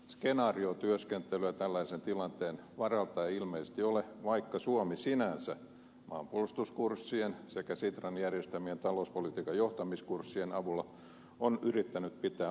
skenaariotyöskentelyä tällaisen tilanteen varalta ei ilmeisesti ole vaikka suomi sinänsä maanpuolustuskurssien sekä sitran järjestämien talouspolitiikan johtamiskurssien avulla on yrittänyt pitää osaamista yllä